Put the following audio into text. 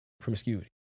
promiscuity